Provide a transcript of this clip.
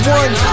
one